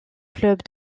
club